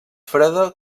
freda